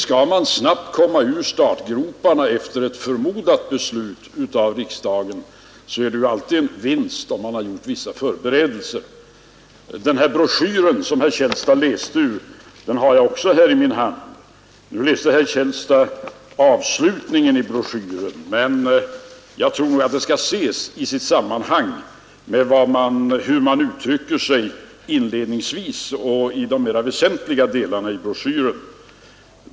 Skall man snabbt komma ur startgroparna efter ett förväntat beslut av riksdagen, är det alltid en vinst om man gjort vissa förberedelser. Den broschyr som herr Källstad läste ur har också jag i min hand. Nu läste herr Källstad ur den avslutande delen av broschyren, men vad som där står skall ses i sammanhang med hur man uttrycker sig inledningsvis och i de andra mera väsentliga delarna av broschyren.